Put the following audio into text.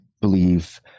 believe